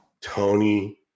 Tony